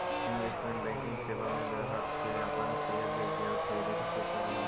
investment banking सेवा में ग्राहक के अपन शेयर बेचे आउ खरीदे के छूट रहऽ हइ